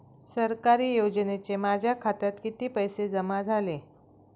सरकारी योजनेचे माझ्या खात्यात किती पैसे जमा झाले?